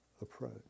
approach